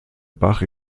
bach